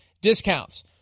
discounts